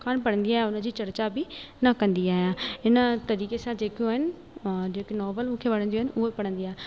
कोन पढ़ंदी आहियां उन जी चर्चा बि न कंदी आहियां हिन तरीक़े सां जेकियूं आहिनि मां जेके नॉवेल मूंखे वणंदियूं आहिनि उहे पढ़ंदी आहियां